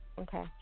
Okay